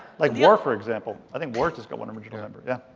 like war for example. i think war just got one original member yeah.